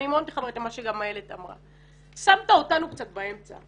אני מכוונת גם למה שאיילת אמרה: שמת אותנו קצת באמצע,